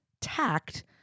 tact